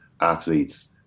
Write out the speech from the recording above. athletes